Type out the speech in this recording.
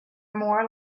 more